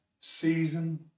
season